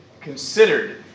considered